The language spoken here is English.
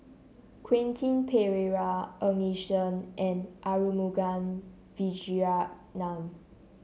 Quentin Pereira Ng Yi Sheng and Arumugam Vijiaratnam